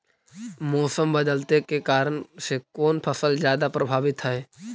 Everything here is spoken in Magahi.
मोसम बदलते के कारन से कोन फसल ज्यादा प्रभाबीत हय?